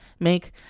make